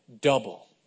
double